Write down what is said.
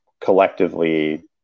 collectively